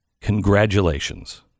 congratulations